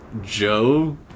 Joe